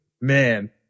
man